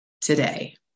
today